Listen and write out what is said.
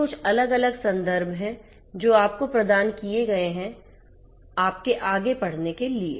ये कुछ अलग संदर्भ हैं जो आपको प्रदान किए गए हैं आपके आगे पढ़ने के लिए